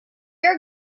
are